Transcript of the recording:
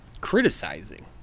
criticizing